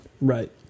Right